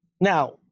Now